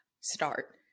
start